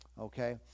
okay